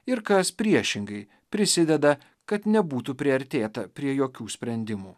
ir kas priešingai prisideda kad nebūtų priartėta prie jokių sprendimų